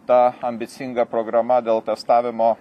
tą ambicingą programa dėl testavimo